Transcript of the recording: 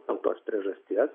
dėl tos priežasties